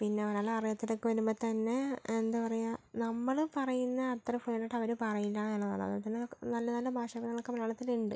പിന്നെ ഒരാൾ അറിയാത്തവരൊക്കെ വരുമ്പോൾ തന്നെ എന്താ പറയുക നമ്മള് പറയുന്ന അത്ര ഫ്രീ ആയിട്ട് അവര് പറയില്ല എന്നുള്ളതാണ് അതുപോലെ തന്നെ നമുക്ക് നല്ല നല്ല ഭാഷ ഭേദങ്ങളൊക്കെ മലയാളത്തിലുണ്ട്